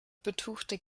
betuchte